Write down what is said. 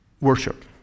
worship